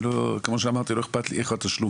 לא אכפת לי איך התשלום